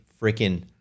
freaking